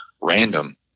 random